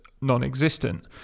non-existent